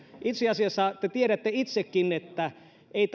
itse asiassa te tiedätte itsekin että ei